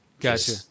Gotcha